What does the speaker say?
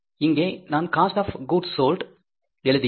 இங்கே நான் cost of goods sold எழுதியுள்ளேன்